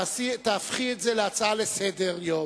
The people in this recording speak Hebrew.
תהפכי את זה להצעה לסדר-היום,